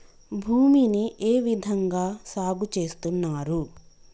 భూమిని ఏ విధంగా సాగు చేస్తున్నారు?